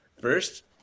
First